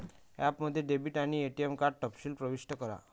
ॲपमध्ये डेबिट आणि ATM card तपशील प्रविष्ट करा